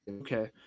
Okay